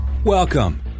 Welcome